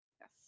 Yes